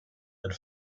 and